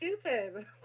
stupid